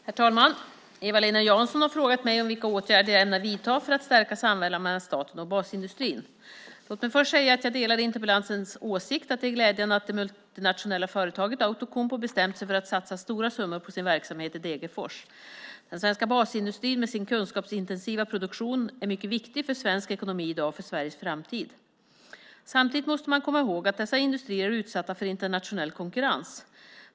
Herr talman! Eva-Lena Jansson har frågat mig vilka åtgärder jag ämnar vidta för att stärka samverkan mellan staten och basindustrin. Låt mig först säga att jag delar interpellantens åsikt att det är glädjande att det multinationella företaget Outokumpu bestämt sig för att satsa stora summor på sin verksamhet i Degerfors. Den svenska basindustrin med sin kunskapsintensiva produktion är mycket viktig för svensk ekonomi i dag och för Sveriges framtid. Samtidigt måste man komma ihåg att dessa industrier är utsatta för internationell konkurrens.